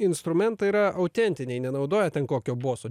instrumentai yra autentiniai nenaudojat ten kokio boso